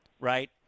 right